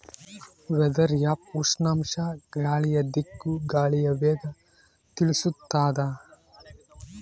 weather app ಉಷ್ಣಾಂಶ ಗಾಳಿಯ ದಿಕ್ಕು ಗಾಳಿಯ ವೇಗ ತಿಳಿಸುತಾದ